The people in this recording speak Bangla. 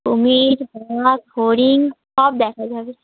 ও মেঘ ধোঁয়া ফড়িং সব দেখা যাবে